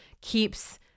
keeps